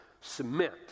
cement